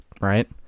Right